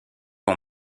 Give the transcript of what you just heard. ont